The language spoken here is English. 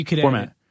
format